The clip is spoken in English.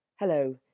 Hello